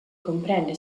comprende